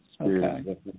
Okay